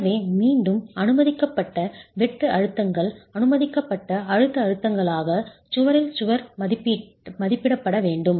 எனவே மீண்டும் அனுமதிக்கப்பட்ட வெட்டு அழுத்தங்கள் அனுமதிக்கப்பட்ட அழுத்த அழுத்தங்களாக சுவரில் சுவர் மதிப்பிடப்பட வேண்டும்